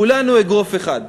כולנו אגרוף אחד.